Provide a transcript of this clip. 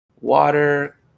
water